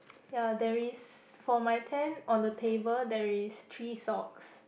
ya there is for my tent on the table there is three socks